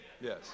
Yes